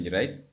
right